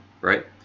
right